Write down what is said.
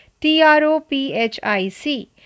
T-R-O-P-H-I-C